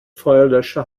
feuerlöscher